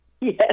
Yes